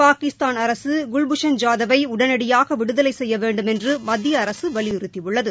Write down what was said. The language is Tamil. பாகிஸ்தான் அரசு குல்பூஷன் ஜாதவை உடனடியாக விடுதலை செய்ய வேண்டுமென்று மதிதிய அரசு வலியுறுத்தியுள்ளது